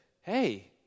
hey